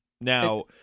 Now